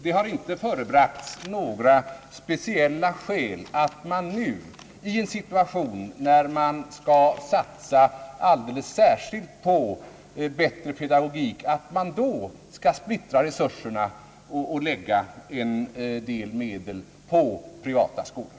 Det har inte förebragts några speciella skäl för att vi nu i en situation, då vi satsar alldeles särskilt på bättre pedagogik, skall splittra resurserna och lägga en del medel på privata skolor.